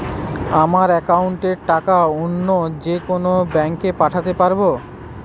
আমার একাউন্টের টাকা অন্য যেকোনো ব্যাঙ্কে পাঠাতে পারব?